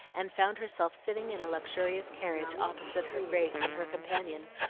and found herself sitting in a luxurious carriage opposite her grace and her companion,